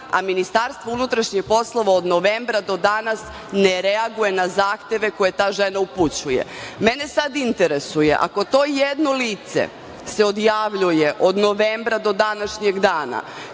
spiska, a MUP od novembra do danas ne reaguje na zahteve koje ta žena upućuje. Mene sad interesuje, ako to jedno lice se odjavljuje od novembra do današnjeg dana,